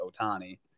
Otani